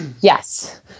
Yes